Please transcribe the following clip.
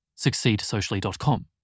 succeedsocially.com